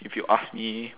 if you ask me